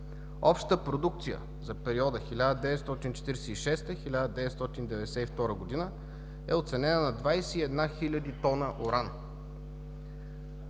Общата продукция за периода 1946 – 1992 г. е оценена на 21 хиляди тона уран.